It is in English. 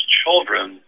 children